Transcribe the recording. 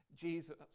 Jesus